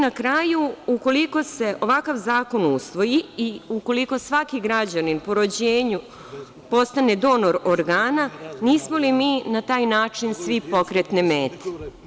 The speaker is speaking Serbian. Na kraju, ukoliko se ovakav zakon usvoji i ukoliko svaki građanin po rođenju postane donor organa, nismo li mi na taj način svi pokretne mete?